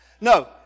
No